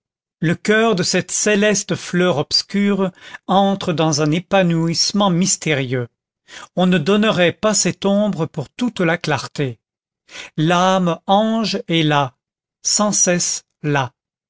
le coeur cette céleste fleur obscure entre dans un épanouissement mystérieux on ne donnerait pas cette ombre pour toute la clarté l'âme ange est là sans cesse là